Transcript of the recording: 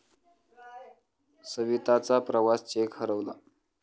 सविताचा प्रवासी चेक हरवला